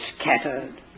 scattered